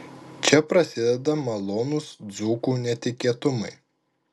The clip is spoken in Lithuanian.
čia prasideda malonūs dzūkų netikėtumai